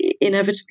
inevitably